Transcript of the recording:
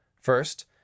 First